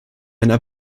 einen